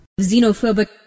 Xenophobic